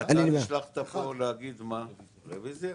נשלחת לבקש רוויזיה?